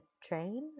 train